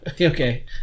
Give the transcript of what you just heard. okay